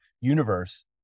universe